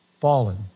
Fallen